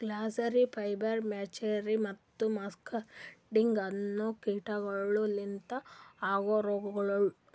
grasserie, pebrine, flacherie ಮತ್ತ muscardine ಅನೋ ಕೀಟಗೊಳ್ ಲಿಂತ ಆಗೋ ರೋಗಗೊಳ್